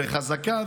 וחזקה,